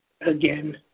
again